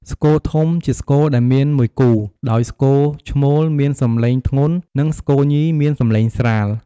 ស្គរធំជាស្គរដែលមានមួយគូ ដោយស្គរឈ្មោលមានសំឡេងធ្ងន់ និងស្គរញីមានសំឡេងស្រាល។